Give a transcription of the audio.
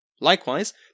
Likewise